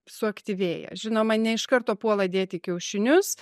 suaktyvėja žinoma ne iš karto puola dėti kiaušinius